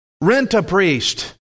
Rent-a-priest